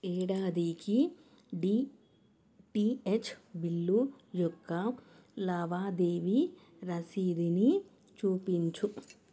ఏడాదికి DTH bill యొక్క లావాదేవీ రసీదుని చూపించు